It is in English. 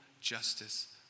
justice